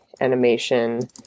Animation